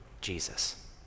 Jesus